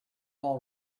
all